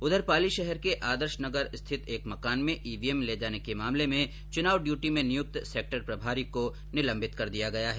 उधर पाली शहर के आदर्श नगर स्थित एक मकान में ईवीएम ले जाने के मामले में चुनाव ड्यूटी में नियुक्त सेक्टर प्रभारी को निलम्बित कर दिया गया है